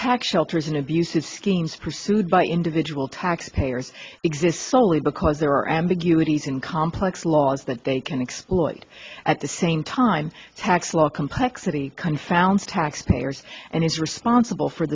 tax shelters and abusive schemes pursued by individual tax payers exist solely because there are ambiguities in complex laws that they can exploit at the same time tax law complexity confounds tax payers and is responsible for